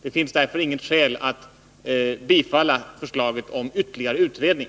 Det finns därför inget skäl att bifalla förslaget om ytterligare utredning.